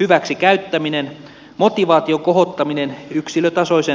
hyväksi käyttäminen motivaation kohottaminen yksilötasoisen lähestymisen kautta